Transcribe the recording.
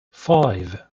five